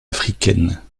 africaine